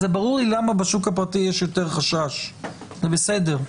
זה ברור לי למה בשוק הפרטי יש יותר חשש, זה בסדר.